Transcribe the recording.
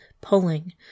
pulling